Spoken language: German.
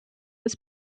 des